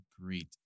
great